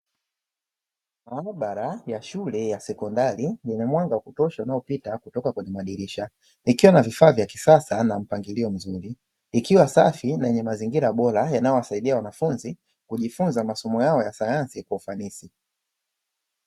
Maabara ya shule ya sekondari yenye mwanga wa kutosha unaopita kutoka kwenye madirisha, ikiwa na vifaa vya kisasa na mpangilio mzuri; ikiwa safi na yenye mazingira bora yanayowasaidia wanafunzi kujifunza masomo yao ya sayansi kwa ufanisi.